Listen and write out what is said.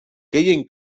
gehien